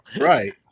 right